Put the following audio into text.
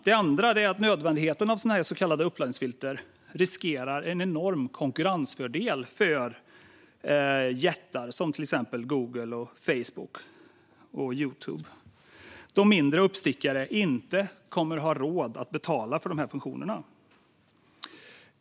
Det andra är att nödvändigheten av uppladdningsfilter riskerar att bli en enorm konkurrensfördel för jättar som till exempel Google, Facebook och Youtube, då mindre uppstickare inte kommer att ha råd att betala för dessa funktioner.